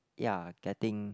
ya getting